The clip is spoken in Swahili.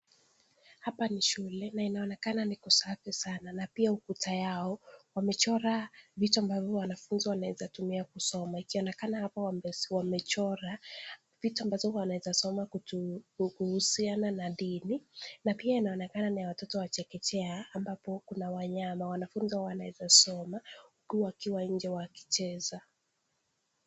Hapa ni shule na inaonekana ni kusafi sana na pia ukuta yao wamechora vitu ambavyo wanafunzi wanaweza tumia kusoma ikionekana hapa wamechora vitu ambazo wanaeza soma kuhusiana na dini, na pia inaonekana ni ya watoto wa chekechea ambapo kuna wanyama. Wanafunzi hawa wanaeza soma huku wakiwa nje wakicheza.